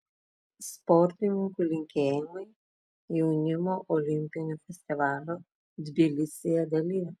sportininkų linkėjimai jaunimo olimpinio festivalio tbilisyje dalyviams